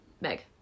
Meg